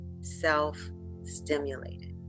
self-stimulated